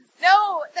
No